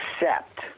accept